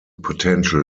potential